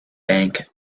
bank